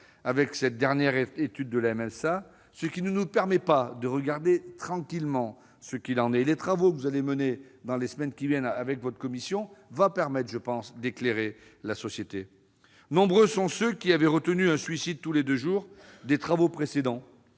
avec cette dernière étude de la MSA, ce qui ne nous permet pas d'étudier tranquillement ce qu'il en est. Les travaux que vous allez mener, dans les semaines qui viennent, avec votre commission, permettront, me semble-t-il, d'éclairer la société. Nombreux sont ceux qui avaient retenu des travaux précédents